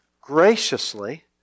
graciously